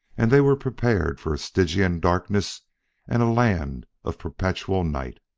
and they were prepared for stygian darkness and a land of perpetual night.